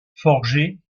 forgé